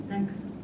Thanks